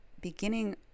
beginning